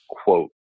quote